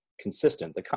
consistent